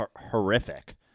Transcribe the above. Horrific